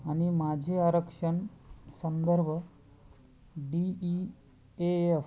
आणि माझे आरक्षण संदर्भ डी ई ए यफ